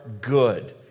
good